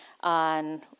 on